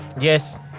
Yes